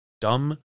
dumb